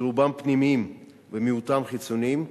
שרובם היו פנימיים ומיעוטם חיצוניים,